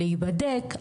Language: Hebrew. להיבדק,